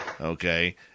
Okay